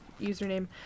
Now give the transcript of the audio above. username